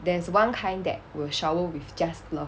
there's one kind that will shower with just love